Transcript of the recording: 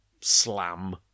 slam